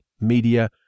media